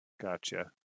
Gotcha